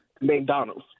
McDonald's